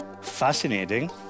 fascinating